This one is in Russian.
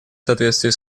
соответствии